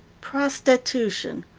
prostitution,